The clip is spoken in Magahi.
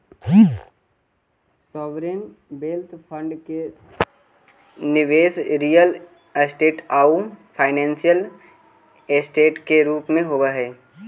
सॉवरेन वेल्थ फंड के निवेश रियल स्टेट आउ फाइनेंशियल ऐसेट के रूप में होवऽ हई